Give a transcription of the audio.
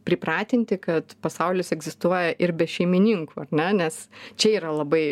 pripratinti kad pasaulis egzistuoja ir be šeimininkų ar ne nes čia yra labai